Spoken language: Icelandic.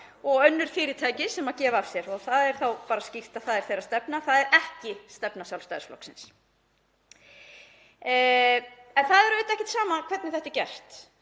og önnur fyrirtæki sem gefa af sér. Það er þá bara skýrt að það er þeirra stefna en það er ekki stefna Sjálfstæðisflokksins. Það er auðvitað ekki sama hvernig þetta er gert